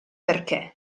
perché